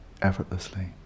effortlessly